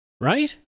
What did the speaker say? right